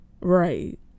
Right